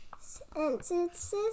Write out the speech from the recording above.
sentences